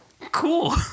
cool